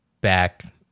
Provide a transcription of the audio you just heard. back